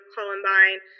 Columbine